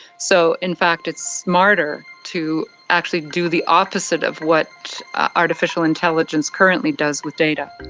so in fact it's smarter to actually do the opposite of what artificial intelligence currently does with data.